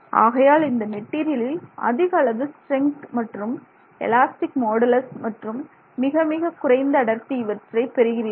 ஆகையால் இந்த மெட்டீரியலில் அதிகளவு ஸ்ட்ரெங்க்த் மற்றும் எலாஸ்டிக் மாடுலஸ் மற்றும் மிக மிக குறைந்த அடர்த்தி இவற்றை பெறுகிறீர்கள்